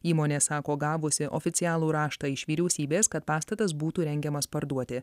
įmonė sako gavusi oficialų raštą iš vyriausybės kad pastatas būtų rengiamas parduoti